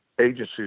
agencies